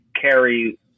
carry